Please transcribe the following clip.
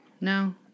No